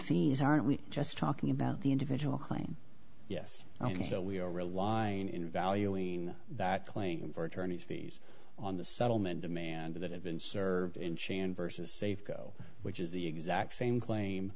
fees aren't we just talking about the individual claim yes so we are relying in valuing that claim for attorney's fees on the settlement demanded that have been served in chan versus safeco which is the exact same claim